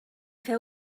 feu